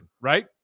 right